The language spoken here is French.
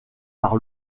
par